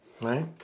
Right